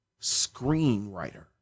screenwriter